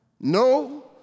No